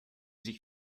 sich